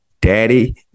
daddy